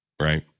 right